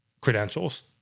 credentials